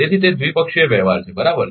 તેથી તે દ્વિપક્ષીય વ્યવહાર છે બરાબર